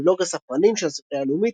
בבלוג "הספרנים" של הספרייה הלאומית,